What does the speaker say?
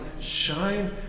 shine